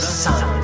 sun